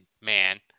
man